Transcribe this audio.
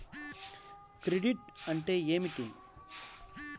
Credit అంటే ఏమిటి?